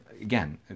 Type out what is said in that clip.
again